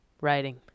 writing